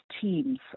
teams